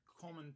common